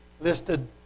listed